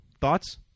Thoughts